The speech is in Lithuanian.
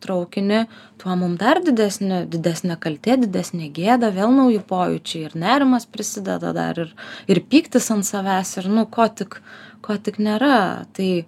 traukinį tuo mum dar didesnė didesnė kaltė didesnė gėda vėl nauji pojūčiai ir nerimas prisideda dar ir pyktis ant savęs ir nu ko tik ko tik nėra tai